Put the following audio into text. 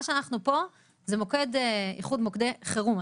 מה שאנחנו מדברים עליו פה זה איחוד מוקדי חירום.